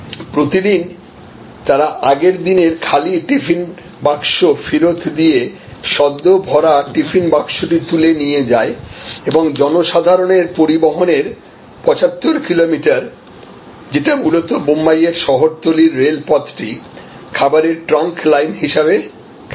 প্রতিদিন তারা আগের দিনের খালি টিফিন বাক্স ফেরত দিয়েসদ্য ভরাটিফিন বাক্সটি তুলে নিয়ে যায় এবং জনসাধারণের পরিবহণের 75 কিলোমিটার যেটি মূলত বোম্বাইয়ের শহরতলির রেলপথটি খাবারের ট্রাঙ্ক লাইন হিসাবে কাজ করে